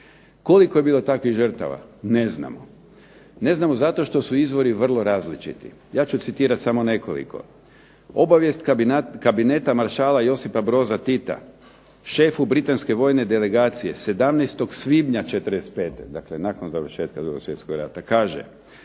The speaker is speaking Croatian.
Koliko je bilo takvih žrtava? Ne znamo. Ne znamo zato što su izvori vrlo različiti. Ja ću citirati samo nekoliko. Obavijest kabineta maršala Josipa Broza Tita, šefu britanske vojne delegacije 17. svibnja '45., dakle nakon završetka 2. svjetskog rata, kaže